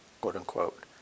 quote-unquote